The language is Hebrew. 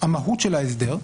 המהות של ההסדר,